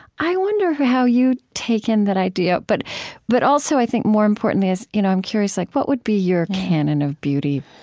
i wonder how you take in that idea, but but also, i think, more importantly is, you know i'm curious, like what would be your canon of beauty?